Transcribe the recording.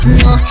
no